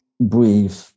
breathe